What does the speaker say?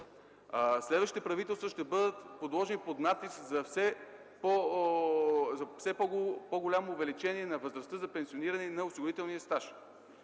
Следващите правителства ще бъдат подложени под натиск за все по-голямо увеличение на възрастта за пенсиониране и на осигурителния стаж,